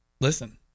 listen